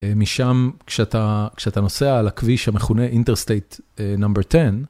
משם כשאתה כשאתה נוסע על הכביש המכונה interstate number 10.